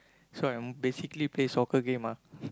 so I'm basically play soccer game ah